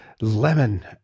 lemon